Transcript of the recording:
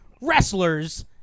wrestlers